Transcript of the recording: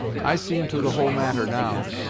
i see into the whole matter, now.